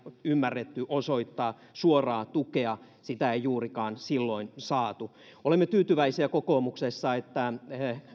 ymmärretty osoittaa suoraa tukea sitä ei juurikaan silloin saatu olemme tyytyväisiä kokoomuksessa että